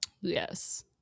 yes